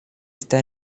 está